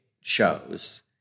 shows